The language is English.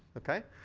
ok?